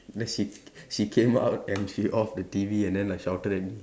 then she she came up and she off the T_V and then like shouted at me